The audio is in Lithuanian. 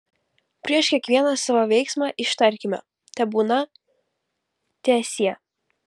prieš kiekvieną savo veiksmą ištarkime tebūna teesie